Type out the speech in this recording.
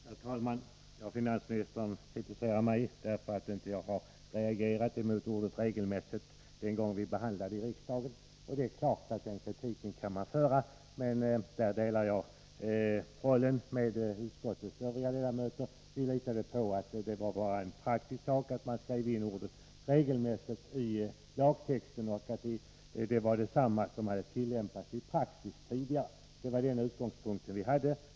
Herr talman! Finansministern kritiserade mig därför att jag inte reagerade mot ordet ”regelmässigt” den gången vi behandlade frågan i riksdagen. Det är klart att man kan föra fram den kritiken. Men den underlåtenheten delar jag med utskottets övriga ledamöter. Vi litade på att det bara var en praktisk åtgärd att skriva in ordet ”regelmässig” i lagtexten, och att det innebar samma sak som tidigare hade tillämpats som praxis. Det var den utgångspunkten vi hade.